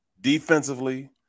Defensively